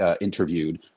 interviewed